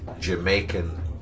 Jamaican